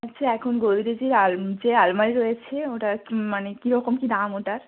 আচ্ছা এখন গোদরেজের যে আলমারি রয়েছে ওটার মানে কীরকম কী দাম ওটার